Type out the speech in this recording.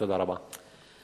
תודה רבה.